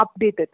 updated